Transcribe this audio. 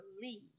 believe